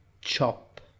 chop